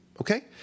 Okay